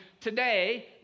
today